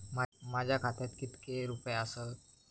माझ्या खात्यात कितके रुपये आसत?